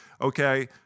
okay